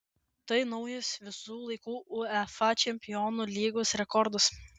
tai naujas visų laikų uefa čempionų lygos rekordas